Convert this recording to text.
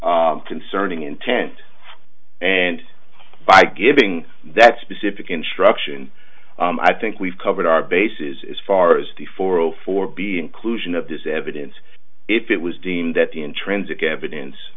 concerning intent and by giving that specific instruction i think we've covered our bases as far as the four hundred four b inclusion of this evidence if it was deemed that the intrinsic evidence